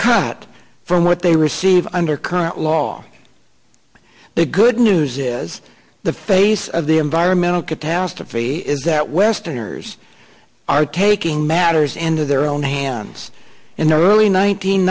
cut from what they receive under current law the good news is the face of the environmental catastrophe is that westerners are taking matters into their own hands in the early